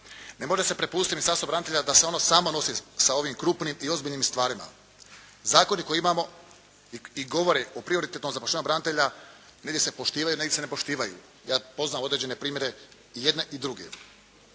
Ne može se prepustiti Ministarstvu branitelja da se ono samo nosi sa ovim krupnim i ozbiljnim stvarima. Zakoni koje imamo i govore o prioritetnom zapošljavanju branitelja. Negdje se poštivaju, negdje se ne poštivaju. Ja poznam određene primjere i jedne i druge.